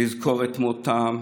לזכור את מותם,